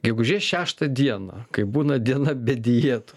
gegužės šeštą dieną kai būna diena be dietų